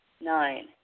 Nine